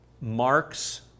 Mark's